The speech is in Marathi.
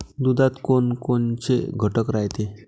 दुधात कोनकोनचे घटक रायते?